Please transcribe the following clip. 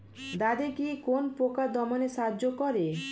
দাদেকি কোন পোকা দমনে সাহায্য করে?